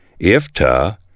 Ifta